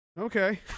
okay